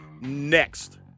next